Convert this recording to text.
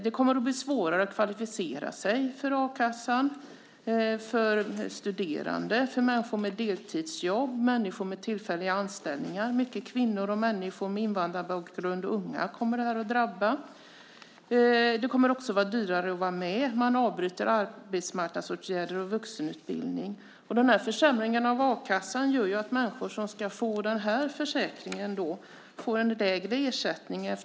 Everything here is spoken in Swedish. Det kommer att bli svårare att kvalificera sig för a-kassa för studerande, människor med deltidsjobb och människor med tillfälliga anställningar. Många kvinnor, människor med invandrarbakgrund och unga kommer att drabbas av detta. Det kommer också att bli dyrare att vara med. Man avbryter arbetsmarknadsåtgärder och vuxenutbildning. Denna försämring av a-kassan gör att människor som ska få den här försäkringen får en lägre ersättning.